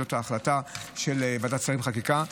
זאת ההחלטה של ועדת השרים לחקיקה.